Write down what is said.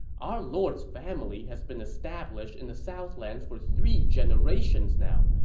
our lord's family has been established in the southlands for three generations now.